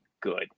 good